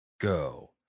go